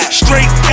straight